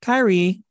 Kyrie